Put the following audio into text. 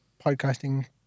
podcasting